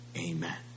Amen